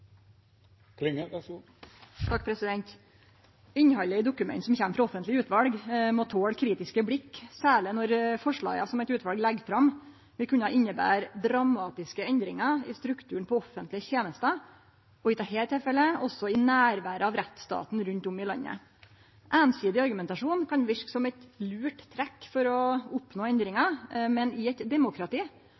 Innhaldet i dokument som kjem frå offentlege utval, må tole kritiske blikk, særleg når forslaga som eit utval legg fram, vil kunne innebere dramatiske endringar i strukturen på offentlege tenester, i dette tilfellet også i nærværet av rettsstaten rundt om i landet. Einsidig argumentasjon kan verke som eit lurt trekk for å oppnå endringar, men i eit demokrati,